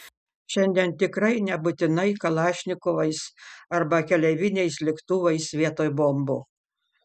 šiandien tikrai nebūtinai kalašnikovais arba keleiviniais lėktuvais vietoj bombų